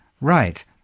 Right